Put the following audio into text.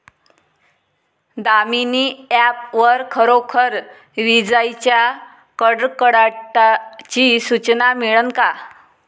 Damini app वर खरोखर विजाइच्या कडकडाटाची सूचना मिळन का?